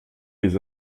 les